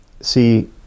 see